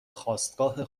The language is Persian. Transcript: خاستگاه